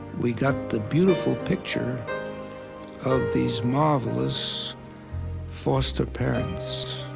we got the beautiful picture of these marvelous foster parents.